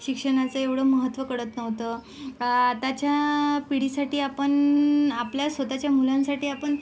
शिक्षणाचं एवढं महत्त्व कळत नव्हतं आताच्या पिढीसाठी आपण आपल्या स्वत च्या मुलांसाठी आपण